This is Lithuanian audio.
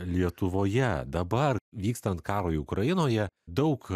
lietuvoje dabar vykstant karui ukrainoje daug